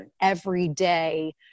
everyday